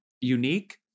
unique